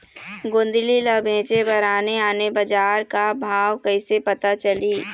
गोंदली ला बेचे बर आने आने बजार का भाव कइसे पता चलही?